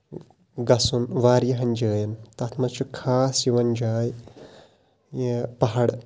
گژھُن واریاہَن جاین تَتھ منٛز چھُ خاص یِوان جاے یہِ پَہاڑ